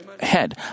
head